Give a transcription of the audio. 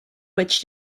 which